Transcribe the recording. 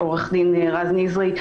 עורך דין רז נזרי,